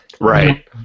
Right